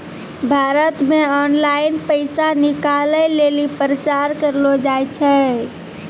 भारत मे ऑनलाइन पैसा निकालै लेली प्रचार करलो जाय छै